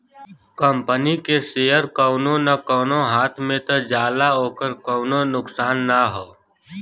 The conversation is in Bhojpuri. कंपनी के सेअर कउनो न कउनो हाथ मे त जाला ओकर कउनो नुकसान ना हौ